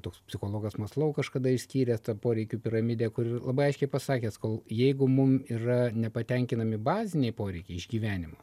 toks psichologas maslau kažkada išskyręs tą poreikių piramidę kur labai aiškiai pasakęs kol jeigu mum yra nepatenkinami baziniai poreikiai iš gyvenimo